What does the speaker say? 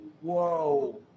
Whoa